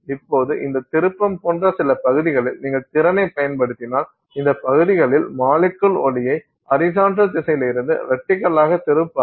இப்போது இந்த திருப்பம் போன்ற சில பகுதிகளில் நீங்கள் திறனைப் பயன்படுத்தினால் அந்த பகுதிகளில் மாலிக்குள் ஒளியை ஹரிசாண்டல் திசையிலிருந்து வெர்டிகலாக திருப்பாது